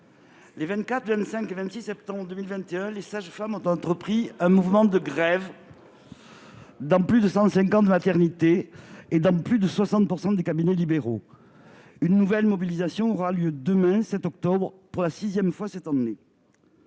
Les 24, 25 et 26 septembre 2021, les sages-femmes ont déclenché un mouvement de grève dans plus de 150 maternités et dans plus de 60 % des cabinets libéraux. Une nouvelle mobilisation aura lieu demain, jeudi 7 octobre, pour la sixième fois cette année.